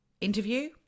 interview